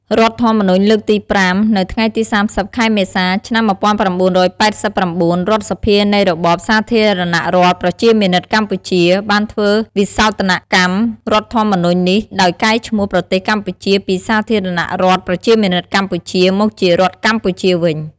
រដ្ឋធម្មនុញ្ញលើកទី៥ នៅថ្ងៃទី៣០ ខែមេសា ឆ្នាំ១៩៨៩ រដ្ឋសភានៃរបបសាធារណរដ្ឋប្រជាមានិតកម្ពុជា បានធ្វើវិសោធនកម្មរដ្ឋធម្មនុញ្ញនេះដោយកែឈ្មោះប្រទេសកម្ពុជាពីសាធារណរដ្ឋប្រជាមានិតកម្ពុជា មកជារដ្ឋកម្ពុជាវិញ។